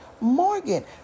Morgan